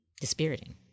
dispiriting